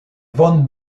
von